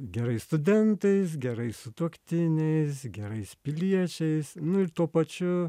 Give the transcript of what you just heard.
gerais studentais gerais sutuoktiniais gerais piliečiais nu ir tuo pačiu